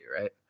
right